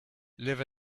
live